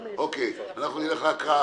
הקראה.